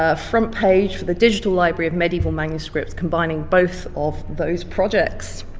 ah front page for the digital library of medieval manuscripts combining both of those projects,